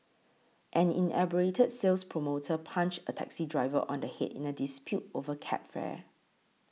an inebriated sales promoter punched a taxi driver on the head in a dispute over cab fare